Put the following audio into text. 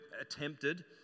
attempted